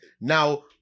Now